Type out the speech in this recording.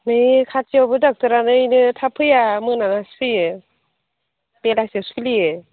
नै खाथियावबो डक्ट'रानो ऐनो थाब फैया दा मोनाबासो फैयो बेलासियावसो खुलियो